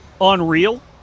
unreal